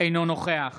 אינו נוכח